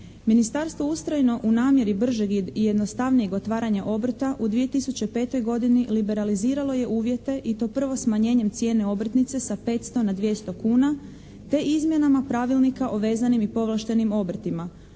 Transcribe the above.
Ministarstvo ustrajno u namjeri bržeg i jednostavnijeg otvaranja obrta u 2005. godini liberaliziralo je uvjete i to prvo smanjenjem cijene obrtnice sa 500 na 200 kuna te izmjenama pravilnika o vezanim i povlaštenim obrtima.